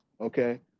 okay